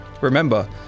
Remember